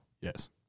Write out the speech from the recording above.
Yes